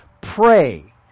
pray